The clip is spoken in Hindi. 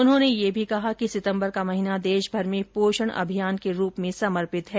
उन्होंने यह भी कहा कि सितम्बर का महीना देशभर में पोषण अभियान के रूप में समर्पित है